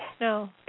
no